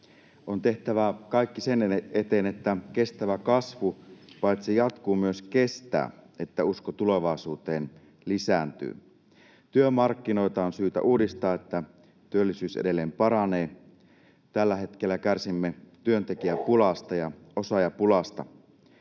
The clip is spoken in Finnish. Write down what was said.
On tehtävä kaikki sen eteen, että kestävä kasvu paitsi jatkuu myös kestää, että usko tulevaisuuteen lisääntyy. Työmarkkinoita on syytä uudistaa, niin että työllisyys edelleen paranee. Tällä hetkellä kärsimme työntekijäpulasta ja osaajapulasta.